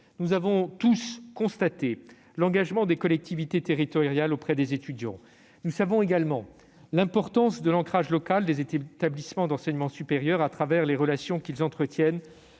nous avons tous constaté l'engagement des collectivités territoriales auprès des étudiants. Nous savons également l'importance de l'ancrage local des établissements d'enseignement supérieur au travers des relations qu'ils entretiennent